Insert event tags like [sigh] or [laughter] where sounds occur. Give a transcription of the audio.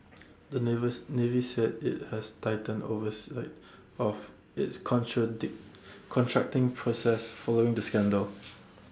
the navy's navy said IT has tightened oversight of its [unintelligible] contracting process following the scandal [noise]